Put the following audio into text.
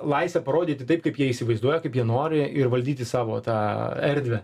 laisvę parodyti taip kaip jie įsivaizduoja kaip jie nori ir valdyti savo tą erdvę